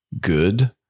good